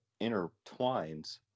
intertwines